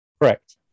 Correct